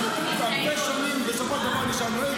אנחנו אלפי שנים בסופו של דבר נשארנו.